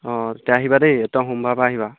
অঁ তে আহিবা দেই একদম সোমবাৰৰ পৰা আহিবা